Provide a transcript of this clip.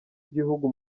igihugu